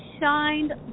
shined